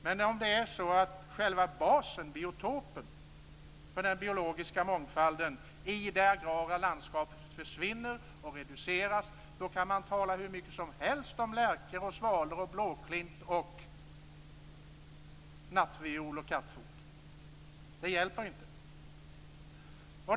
Men om själva basen, biotopen, för den biologiska mångfalden i det agrara landskapet försvinner och reduceras, kan man tala hur mycket som helst om lärkor, svalor, blåklint, nattviol och kattfot - det hjälper inte.